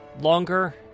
Longer